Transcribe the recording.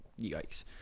Yikes